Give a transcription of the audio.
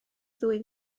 ddwy